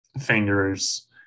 fingers